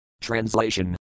Translation